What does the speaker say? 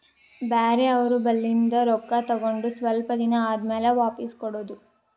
ಬ್ಯಾರೆ ಅವ್ರ ಬಲ್ಲಿಂದ್ ರೊಕ್ಕಾ ತಗೊಂಡ್ ಸ್ವಲ್ಪ್ ದಿನಾ ಆದಮ್ಯಾಲ ವಾಪಿಸ್ ಕೊಡೋದು